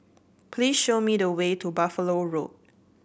please show me the way to Buffalo Road